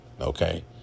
okay